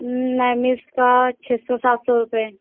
नैमिष का छः सौ सात सौ रुपये